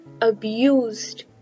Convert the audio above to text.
abused